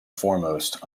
foremost